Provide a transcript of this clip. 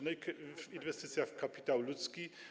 No i inwestycja w kapitał ludzki.